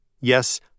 Yes